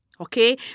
Okay